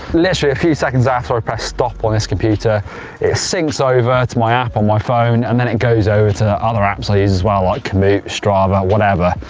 literally a few seconds after i press stop on this computer, it syncs over to my app on my phone and then it goes over to other apps i use as well like, commute, strava, whatever.